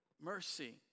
mercy